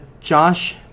josh